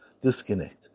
disconnect